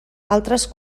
altres